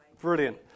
Brilliant